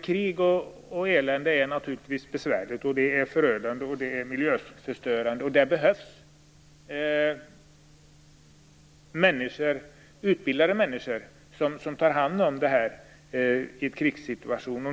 Krig och elände är naturligtvis besvärligt, det är förödande och miljöförstörande, och det behövs utbildade människor som tar hand om det här i en krigssituation.